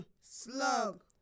Slug